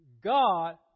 God